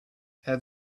add